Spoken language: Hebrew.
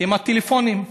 עם הטלפונים.